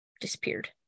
disappeared